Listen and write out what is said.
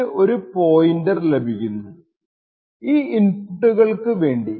എന്നിട്ട് ഒരു പോയിന്റർ ലഭിക്കുന്നു ഈ ഇൻപുട്ടുകൾക്കു വേണ്ടി